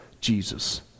Jesus